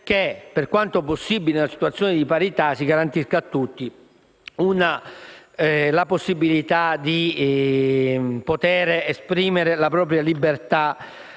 che, per quanto possibile in una situazione di parità, si garantisca a tutti la possibilità di poter esprimere la propria libertà